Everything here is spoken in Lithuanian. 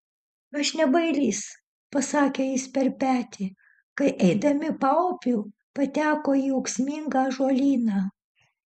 aš ne bailys pasakė jis per petį kai eidami paupiu pateko į ūksmingą ąžuolyną